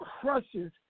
crushes